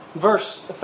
Verse